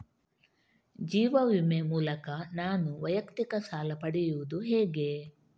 ಜೀವ ವಿಮೆ ಮೂಲಕ ನಾನು ವೈಯಕ್ತಿಕ ಸಾಲ ಪಡೆಯುದು ಹೇಗೆ?